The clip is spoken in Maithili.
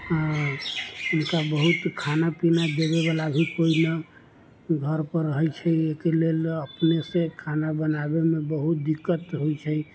आओर हुनका बहुत खाना पीना देबैवला भी कोइ ना घरपर रहै छै अकेले अपनेसँ खाना बनाबैमे बहुत दिक्कत होइ छै